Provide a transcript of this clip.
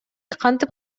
кантип